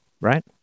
right